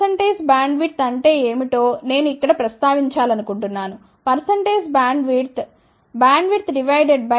percentage bandwidth అంటే ఏమిటో నేను ఇక్కడ ప్రస్తావించాలనుకుంటున్నాను percentage bandwidth bandwidth divided by centre frequency x 100